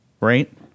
right